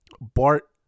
Bart